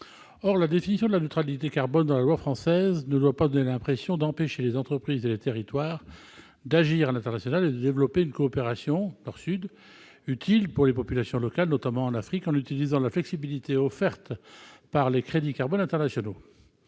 Or la définition de la neutralité carbone dans la loi française ne doit pas donner l'impression d'empêcher les entreprises et les territoires d'agir à l'international et de développer une coopération Nord-Sud utile pour les populations locales, notamment en Afrique, en utilisant la flexibilité offerte par les crédits carbone internationaux.